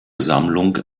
sammlung